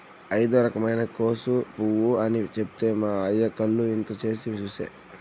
ఇదో రకమైన కోసు పువ్వు అని చెప్తే మా అయ్య కళ్ళు ఇంత చేసి చూసే